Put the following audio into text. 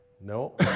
No